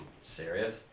serious